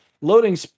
loading